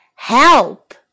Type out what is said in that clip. Help